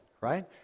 Right